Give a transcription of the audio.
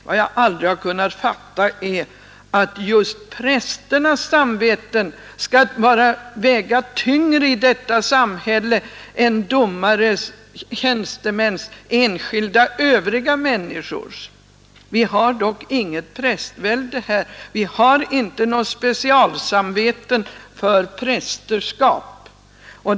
Vad jag aldrig har kunnat fatta är att just prästernas samvete skall väga tyngre än domarnas, ämbetsmännens och enskilda människors. Vi har dock inget prästvälde! Det finns inga specialsamveten för prästerskapet.